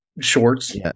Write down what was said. shorts